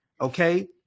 okay